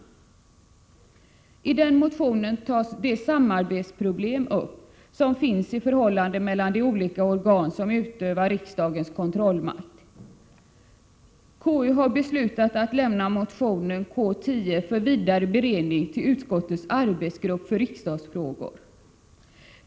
I den motionen berörs de samordningsproblem som finns i förhållandet mellan de olika organ som utövar riksdagens kontrollmakt. KU har beslutat att lämna motionen K10 för vidare beredning till utskottets arbetsgrupp för riksdagsfrågor.